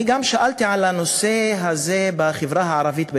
אני גם שאלתי על הנושא הזה בחברה הערבית,